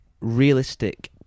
realistic